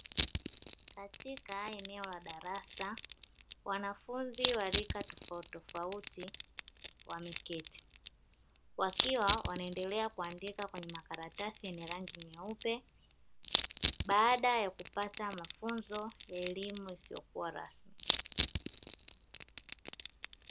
Katika eneo la darasa wanafunzi wa rika tofautitofauti wameketi, wakiwa wanaendelea kuandika kwenye makaratasi yenye rangi nyeupe baada ya kupata mafunzo ya elimu isiyokuwa rasmi.